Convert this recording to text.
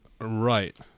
Right